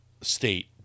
state